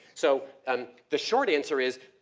so um the short answer is,